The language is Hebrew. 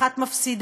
יש ויזה.